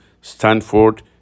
Stanford